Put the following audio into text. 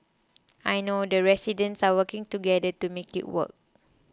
I know the residents are working together to make it work